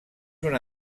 una